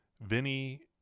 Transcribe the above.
Vinny